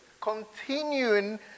continuing